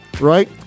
right